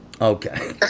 Okay